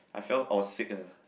I fell I was sick ah